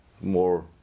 more